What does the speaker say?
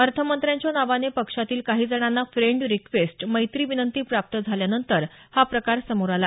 अर्थमंत्र्यांच्या नावाने पक्षातील काहीजणांना फ्रेंड रिक्वेस्ट मैत्री विनंती प्राप्त झाल्यानंतर हा प्रकार समोर आला